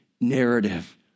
narrative